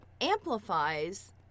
amplifies